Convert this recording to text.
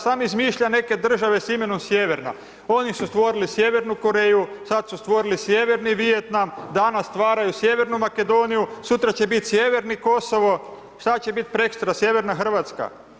Samo izmišlja neke države s imenom Sjeverna, oni su stvorili Sjevernu Koreju, sad su stvorili Sjeverni Vijetnam, danas stvaraju Sjevernu Makedoniju, sutra će biti Sjeverni Kosovo, šta će bit preksutra, Sjeverna Hrvatska?